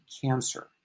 cancer